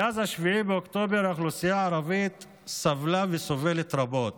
מאז 7 באוקטובר האוכלוסייה הערבית סבלה וסובלת רבות,